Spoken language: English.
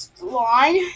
line